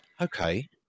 Okay